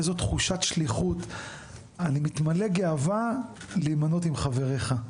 באיזו תחושת שליחות אני מתמלא גאווה להימנות עם חבריך,